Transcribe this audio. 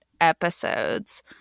episodes